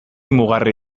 mugarri